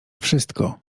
wszystko